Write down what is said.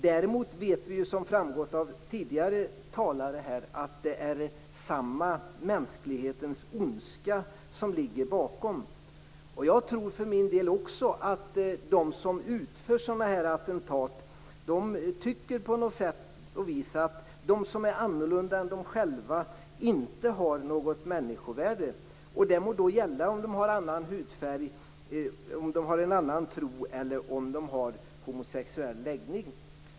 Däremot vet vi, som framgått av tidigare talare, att det är samma mänsklighetens ondska som ligger bakom. Jag tror för min del också att de som utför sådana här attentat på något vis tycker att de som är annorlunda än de själva inte har något människovärde. Det må gälla att de har annan hudfärg, annan tro eller att de har homosexuell läggning.